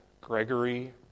Gregory